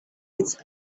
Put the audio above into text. its